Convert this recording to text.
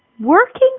Working